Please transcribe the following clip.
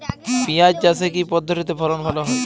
পিঁয়াজ চাষে কি পদ্ধতিতে ফলন ভালো হয়?